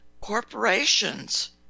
corporations